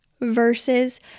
versus